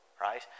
right